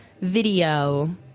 video